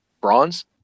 bronze